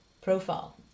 profile